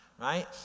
right